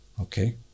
Okay